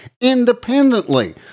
independently